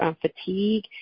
fatigue